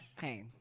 Hey